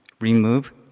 remove